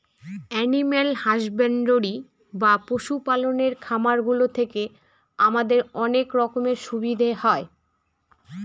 animal husbandry বা পশু পালনের খামার গুলো থেকে আমাদের অনেক রকমের সুবিধা হয়